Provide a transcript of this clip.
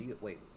Wait